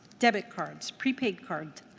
debit cards, prepaid cards,